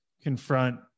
confront